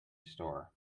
store